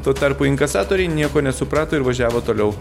tuo tarpu inkasatoriai nieko nesuprato ir važiavo toliau